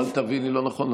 אל תביני לא נכון.